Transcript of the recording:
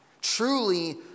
truly